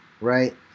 right